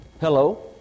Hello